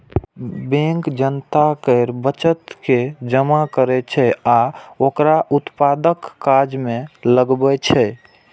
bank जनता केर बचत के जमा करै छै आ ओकरा उत्पादक काज मे लगबै छै